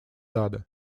надо